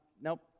nope